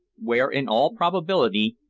where, in all probability,